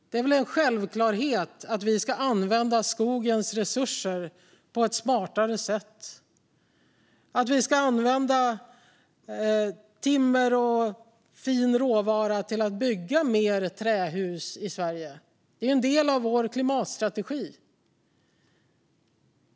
Det är väl en självklarhet att vi ska använda skogens resurser på ett smartare sätt, att vi ska använda timmer och fin råvara till att bygga mer trähus i Sverige. Det är en del av vår klimatstrategi.